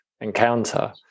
encounter